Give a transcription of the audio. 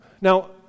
Now